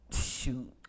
shoot